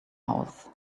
house